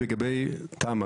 לגבי תמ"א.